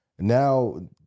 Now